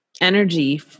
energy